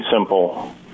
simple